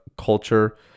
culture